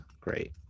great